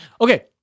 Okay